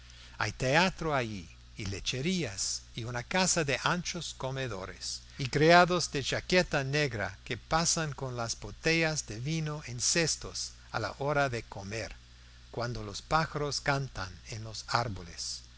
hay teatro allí y lecherías y una casa de anchos comedores y criados de chaqueta negra que pasan con las botellas de vino en cestos a la hora de comer cuando los pájaros cantan en los árboles